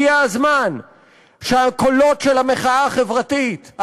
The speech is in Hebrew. הגיע הזמן שהקולות של המחאה החברתית,